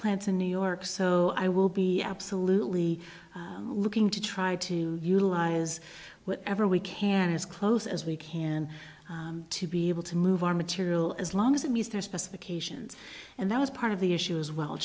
plants in new york so i will be absolutely looking to try to utilize whatever we can as close as we can to be able to move our material as long as it meets their specifications and that was part of the issue as well